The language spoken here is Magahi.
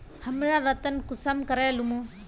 हमरा ऋण कुंसम करे लेमु?